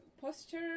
posture